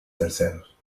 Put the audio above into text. terceros